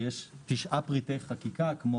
ויש תשעה פריטי חקיקה כמו